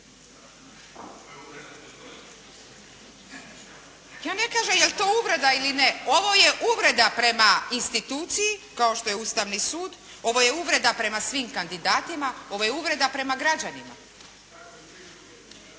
Ja ne kažem je li to uvreda ili ne. Ovo je uvreda prema instituciji kao što je Ustavni sud, ovo je uvreda prema svim kandidatima, ovo je uvreda prema građanima.